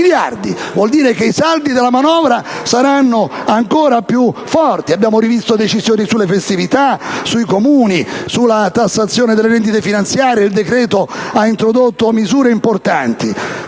Vuol dire che i saldi della manovra saranno ancora più forti. Abbiamo rivisto le decisioni sulle festività, sui Comuni, sulla tassazione delle rendite finanziarie. Il decreto-legge ha introdotto misure importanti